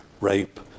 rape